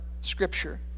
scripture